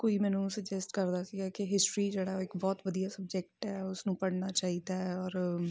ਕੋਈ ਮੈਨੂੰ ਸੁਜੈਸਟ ਕਰਦਾ ਸੀਗਾ ਕਿ ਹਿਸਟਰੀ ਜਿਹੜਾ ਉਹ ਇੱਕ ਬਹੁਤ ਵਧੀਆ ਸਬਜੈਕਟ ਹੈ ਉਸਨੂੰ ਪੜਨਾ ਚਾਹੀਦਾ ਔਰ